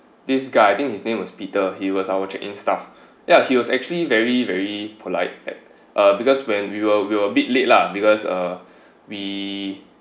this guy I think his name was peter he was our check in staff yeah he was actually very very polite at uh because when we were we were a bit late lah because uh we